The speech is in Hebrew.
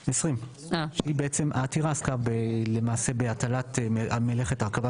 20'. העתירה עסקה למעשה בהטלת מלאכת הרכבת